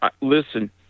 listen